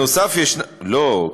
לא,